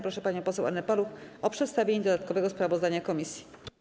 Proszę panią poseł Annę Paluch o przedstawienie dodatkowego sprawozdania komisji.